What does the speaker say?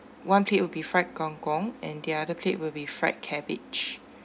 one plate will be fried kangkung and the other plate will be fried cabbage